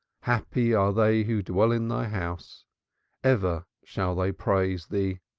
happy are they who dwell in thy house ever shall they praise thee,